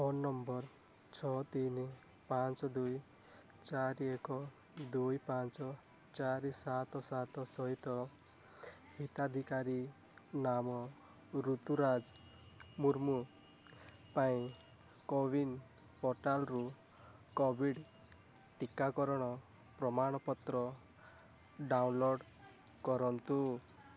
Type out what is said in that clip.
phone number ଛଅ ତିନି ପାଞ୍ଚ ଦୁଇ ଚାରି ଏକ ଦୁଇ ପାଞ୍ଚ ଚାରି ସାତ ସାତ ସହିତ ହିତାଧିକାରୀ ନାମ ରୁତୁରାଜ ମୁର୍ମୁ ପାଇଁ କୋୱିନ୍ ପୋର୍ଟାଲ୍ରୁ କୋଭିଡ଼୍ ଟିକାକରଣ ପ୍ରମାଣପତ୍ର ଡାଉନଲୋଡ଼୍ କରନ୍ତୁ